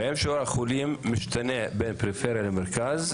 האם שיעור החולים משתנה בין הפריפריה למרכז?